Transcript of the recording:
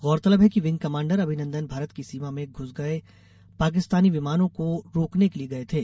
गौरतलब है कि विंग कमाण्डर अभिनन्दन भारत की सीमा में घूस आये पाकिस्तानी विमानों को रोकने के लिये गये थे